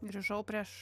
grįžau prieš